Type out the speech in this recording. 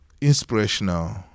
inspirational